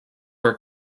were